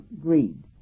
greed